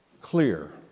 clear